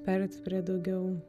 pereiti prie daugiau